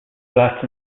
flats